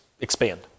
expand